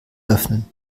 öffnen